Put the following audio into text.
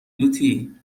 لوتی